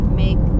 make